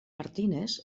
martínez